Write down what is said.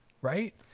right